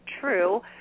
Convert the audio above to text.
true